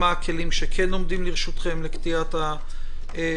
מה הכלים שכן עומדים לרשותכם לקטיעת השרשראות?